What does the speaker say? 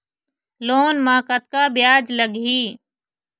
Loan म कतका ब्याज लगही?